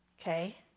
Okay